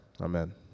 Amen